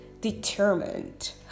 determined